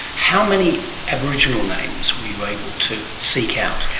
how many aboriginal names were you able to seek out?